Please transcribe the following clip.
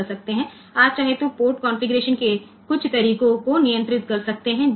જેમ કે આપણે અમુક પોર્ટ કન્ફિગ્યુરેશન ને નિયંત્રિત કરવા માંગીએ છીએ